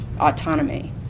autonomy